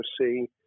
see